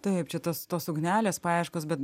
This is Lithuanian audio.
taip čia tas tos ugnelės paieškos bet